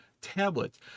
tablets